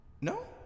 No